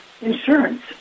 Insurance